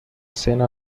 cena